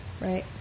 Right